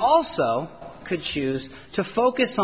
also could choose to focus